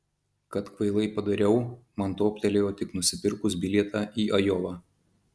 kad kvailai padariau man toptelėjo tik nusipirkus bilietą į ajovą